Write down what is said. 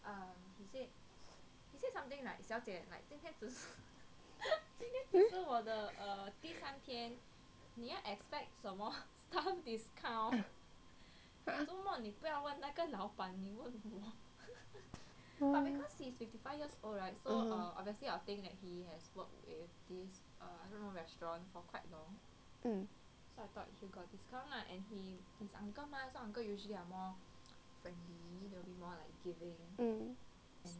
mm